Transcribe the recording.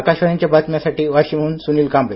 आकाशवाणीच्या बातम्यांसाठी वाशिमहुन सुनील कांबळे